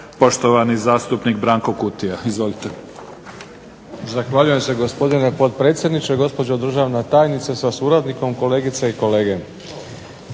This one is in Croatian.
uvaženi zastupnik Branko Kutija. Izvolite.